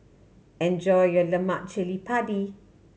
enjoy your lemak cili padi